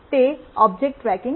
તે object tracking છે